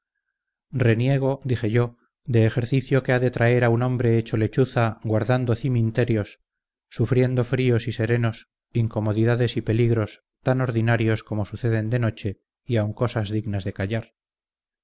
reniego dije yo de ejercicio que ha de traer a un hombre hecho lechuza guardando cimenterios sufriendo fríos y serenos incomodidades y peligros tan ordinarios como suceden de noche y aun cosas dignas de callar